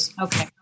Okay